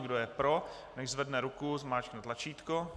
Kdo je pro, nechť zvedne ruku, zmáčkne tlačítko.